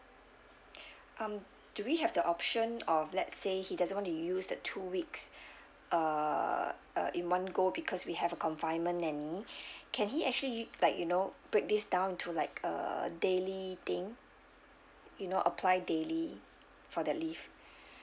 um do we have the option of let's say he doesn't want to use the two weeks uh uh in one go because we have a confinement nanny can he actually u~ like you know break this down into like uh daily thing you know apply daily for the leave